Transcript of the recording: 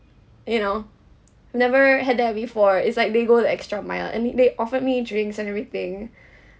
you know never had that before it's like they go the extra mile and they they offered me drinks and everything